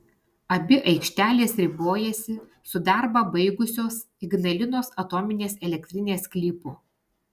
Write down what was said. abi aikštelės ribojasi su darbą baigusios ignalinos atominės elektrinės sklypu